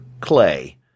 clay